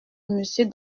monsieur